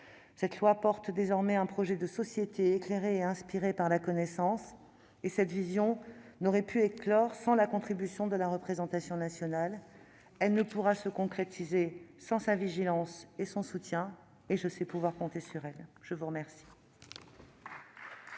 de loi porte désormais un projet de société éclairée et inspirée par la connaissance. Cette vision n'aurait pu éclore sans la contribution de la représentation nationale. Elle ne pourra se concrétiser sans sa vigilance et son soutien : je sais pouvoir compter sur elle. La parole